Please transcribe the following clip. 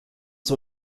zur